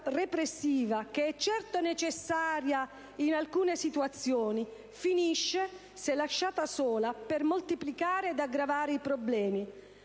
repressiva, che è certo necessaria in alcune situazioni, finisce, se lasciata da sola, per moltiplicare ed aggravare i problemi.